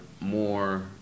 more